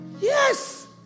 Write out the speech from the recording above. Yes